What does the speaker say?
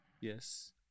Yes